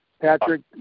Patrick